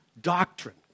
doctrine